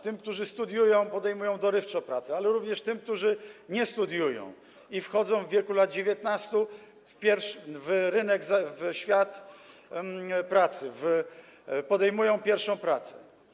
Tym, którzy studiują, podejmują dorywczo pracę, ale również tym, którzy nie studiują i wchodzą w wieku lat 19 na rynek, w świat pracy, podejmują pierwszą pracę.